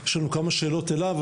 יש לנו כמה שאלות אליו,